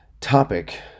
topic